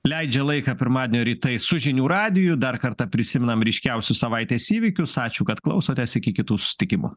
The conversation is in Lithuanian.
leidžia laiką pirmadienio rytais su žinių radiju dar kartą prisimenam ryškiausius savaitės įvykius ačiū kad klausotės iki kitų susitikimų